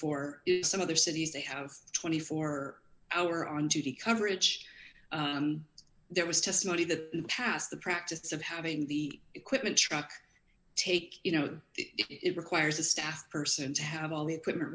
four some other cities they have twenty four hour on tuesday coverage there was testimony the past the practice of having the equipment truck take you know it requires a staff person to have all the equipment